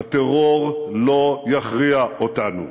הטרור לא יכריע אותנו.